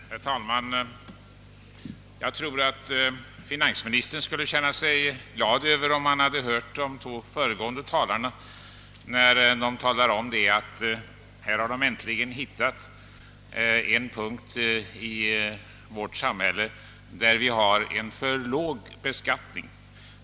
Herr talman! Jag tror att finansministern skulle ha känt sig glad, om han hade hört de två föregående talarna säga att de här äntligen hittat ett område i vårt samhälle där beskattningen är för låg.